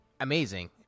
amazing